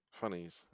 funnies